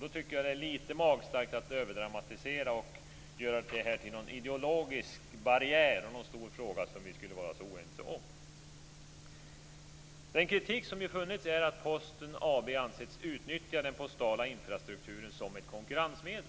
Då tycker jag att det är lite magstarkt att överdramatisera och göra detta till någon ideologisk barriär och en stor fråga som vi skulle vara oense om. Den kritik som funnits är att Posten AB ansetts utnyttja den postala infrastrukturen som ett konkurrensmedel.